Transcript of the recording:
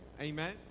amen